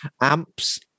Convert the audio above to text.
amps